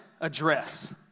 address